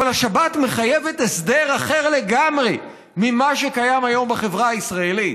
אבל השבת מחייבת הסדר אחר לגמרי ממה שקיים כיום בחברה הישראלית.